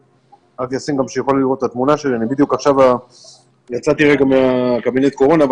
אני יצאתי רגע מקבינט הקורונה,